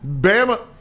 Bama